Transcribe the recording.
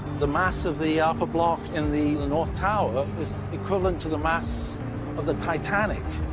the mass of the upper block in the the north tower was equivalent to the mass of the titanic.